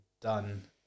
done